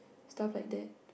stuff like that